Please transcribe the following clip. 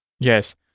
Yes